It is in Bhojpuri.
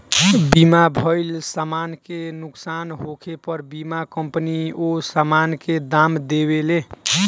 बीमा भइल समान के नुकसान होखे पर बीमा कंपनी ओ सामान के दाम देवेले